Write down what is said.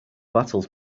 battles